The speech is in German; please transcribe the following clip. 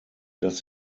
dass